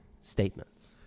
statements